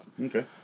Okay